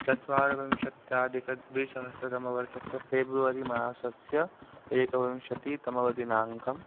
चत्वारविंशत्यधिकद्विसहस्त्रतमवर्षस्य फ़ेब्रुवरिमासस्य एकविंशतितमदिनाङ्कमः